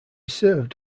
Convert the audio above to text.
served